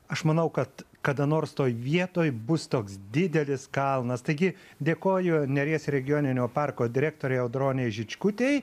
aš manau kad kada nors toj vietoj bus toks didelis kalnas taigi dėkoju neries regioninio parko direktorei audronei žičkutei